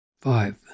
Five